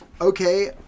Okay